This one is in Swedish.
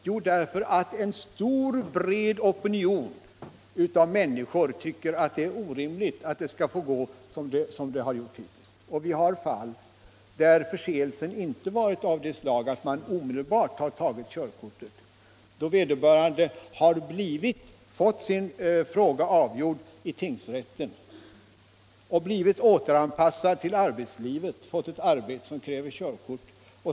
Jo, på att en bred opinion av människor tycker att det är orimligt att det skall fortgå som det hittills har gjort: Vi har fall där förseelsen inte varit av sådant slag att man omedelbart tagit körkortet. Vederbörande har fått sin fråga avgjord i tingsrätten och blivit återanpassad till arbetslivet. Han har fått ett arbete som kräver körkort.